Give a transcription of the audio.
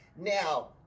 Now